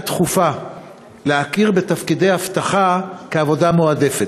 דחופה להכיר בתפקידי אבטחה כעבודה מועדפת.